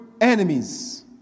enemies